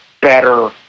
better